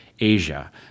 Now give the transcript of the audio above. Asia